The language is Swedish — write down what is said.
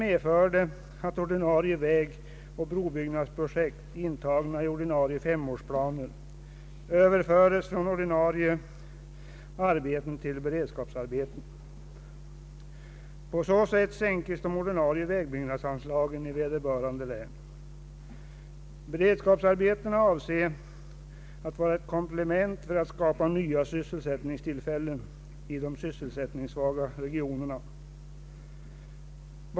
medförde att vägoch brobyggnadsprojekt, intagna i ordinarie femårsplaner, överföres från ordinarie arbeten till beredskapsarbeten. På så sätt sänkes de ordinarie vägbyggnadsanslagen i vederbörande län. Beredskapsarbetena avses vara ett komplement för att skapa nya arbetstillfällen i de sysselsättningssvaga regionerna.